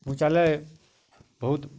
ପହଞ୍ଚାଲେ ବହୁତ୍